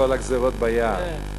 בכל הגזירות ביער.